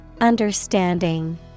Understanding